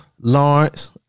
Lawrence